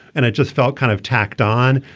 and it just felt kind of tacked on.